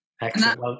Excellent